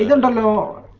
and no